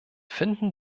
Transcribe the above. finden